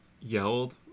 yelled